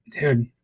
dude